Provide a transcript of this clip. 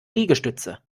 liegestütze